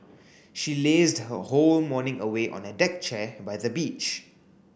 she lazed her whole morning away on a deck chair by the beach